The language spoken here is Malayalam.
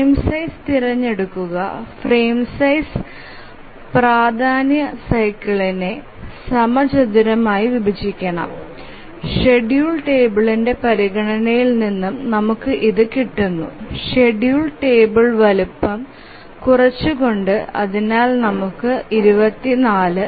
ഫ്രെയിം സൈസ് തിരഞ്ഞെടുകുക ഫ്രെയിം സൈസ് പ്രധാന സൈക്കിളിനെ സമചതുരമായി വിഭജിക്കണംഷെഡ്യൂൾ ടേബിൾന്ടെ പരിഗണനയിൽ നിന്ന് നമുക്ക് ഇതു കിട്ടുനു ഷെഡ്യൂൾ ടേബിൾ വലുപ്പം കുറച്ചുകൊണ്ട് അതിനാൽ നമുക്ക് 24